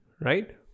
right